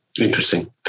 Interesting